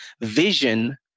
vision